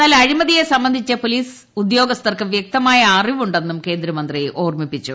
എന്നാൽ അഴിമതിയെ സംബന്ധിച്ച് പൊലീസ് ഉദ്യോഗസ്ഥർക്ക് വൃക്തമായ അറിവുണ്ടെന്നും കേന്ദ്രമന്ത്രി ഓർമ്മിപ്പിച്ചു